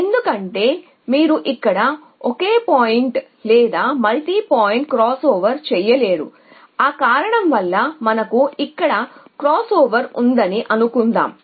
ఎందుకంటే మీరు ఇక్కడ ఒకే పాయింట్ లేదా మల్టీ పాయింట్ క్రాస్ చేయలేరు ఆ సాధారణ కారణం వల్ల మనకు ఇక్కడ క్రాస్ ఓవర్ ఉందని అనుకుందాం